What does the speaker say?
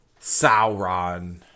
Sauron